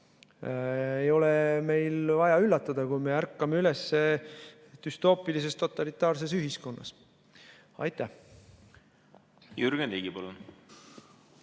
ei ole meil vaja üllatuda, kui me ärkame üles düstoopilises totalitaarses ühiskonnas. Aitäh! Jürgen Ligi, palun!